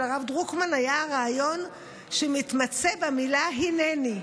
הרב דרוקמן היה הרעיון שמתמצה במילה "הינני".